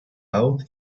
out